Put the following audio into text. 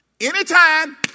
Anytime